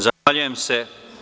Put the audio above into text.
Zahvaljujem se.